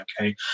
okay